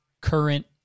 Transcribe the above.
current